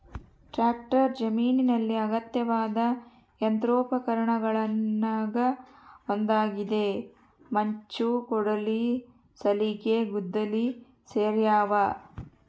tractor ಜಮೀನಿನಲ್ಲಿ ಅಗತ್ಯವಾದ ಯಂತ್ರೋಪಕರಣಗುಳಗ ಒಂದಾಗಿದೆ ಮಚ್ಚು ಕೊಡಲಿ ಸಲಿಕೆ ಗುದ್ದಲಿ ಸೇರ್ಯಾವ